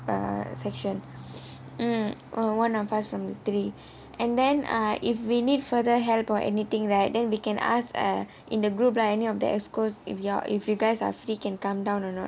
err session err uh one of us from three and then uh if we need further help or anything right then we can ask eh in the group lah any of the executive committees if you're if you guys are free can come down or not